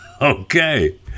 Okay